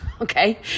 okay